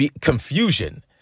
confusion